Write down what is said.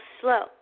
slow